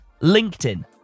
LinkedIn